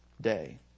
day